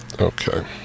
Okay